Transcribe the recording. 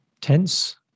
tense